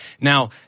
Now